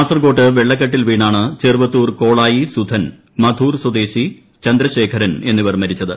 കാസർകോട്ട് വെള്ളക്കെട്ടിൽ വീണാണ് ചെറുവത്തൂർ കോളായി സുധൻ മധൂർസ്വദേശി ചന്ദ്രശേഖരൻ എന്നിവർ മരിച്ചത്